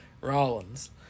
Rollins